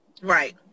Right